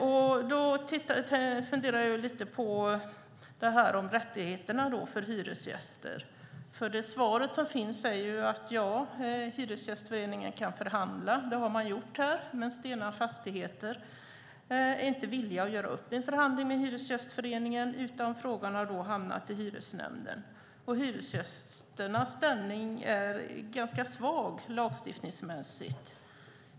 Jag funderade lite över frågan om rättigheterna för hyresgäster. Statsrådets svar var att Hyresgästföreningen kan förhandla. Det har man gjort här, men Stena Fastigheter är inte villigt att göra upp i en förhandling med Hyresgästföreningen. Frågan har då hamnat i hyresnämnden. Hyresgästernas ställning är ganska svag lagstiftningsmässigt.